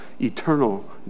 eternal